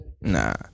Nah